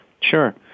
Sure